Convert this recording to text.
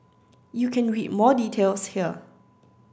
you can read more details here